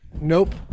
nope